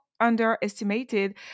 underestimated